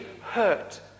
hurt